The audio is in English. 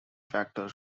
factor